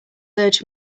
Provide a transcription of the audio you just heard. urged